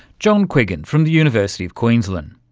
john quiggin from the university of queensland.